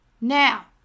Now